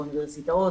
באוניברסיטאות,